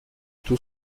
tout